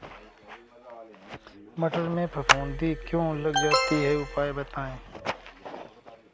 मटर में फफूंदी क्यो लग जाती है उपाय बताएं?